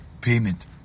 payment